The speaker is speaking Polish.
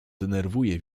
denerwuje